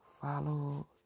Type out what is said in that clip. follow